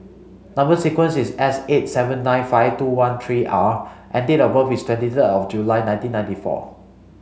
number sequence is S eight seven nine five two one three R and date of birth is twenty third July nineteen ninety four